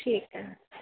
ठीक ऐ